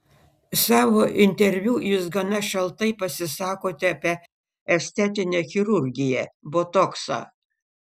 savo interviu jūs gana šaltai pasisakote apie estetinę chirurgiją botoksą